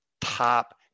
top